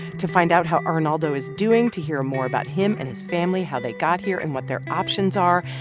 to find out how arnaldo is doing, to hear more about him and his family how they got here and what their options are,